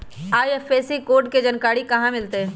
IFSC code के जानकारी कहा मिलतई